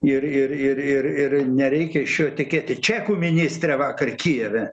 ir ir ir ir ir nereikia iš jo tikėti čekų ministrė vakar kijeve